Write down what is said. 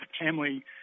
family